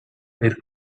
per